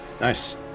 nice